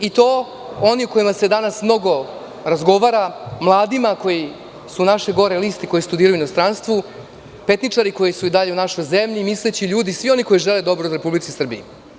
I to su oni o kojima se danas mnogo razgovara, mladi koji su naše gore list i koji studiraju u inostranstvu, petničari koji su i dalje u našoj zemlji, misleći ljudi i svi oni koji žele dobro Republici Srbiji.